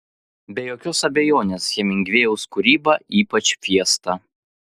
be jokios abejonės hemingvėjaus kūryba ypač fiesta